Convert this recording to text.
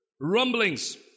rumblings